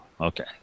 okay